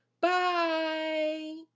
bye